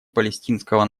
палестинского